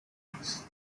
surprise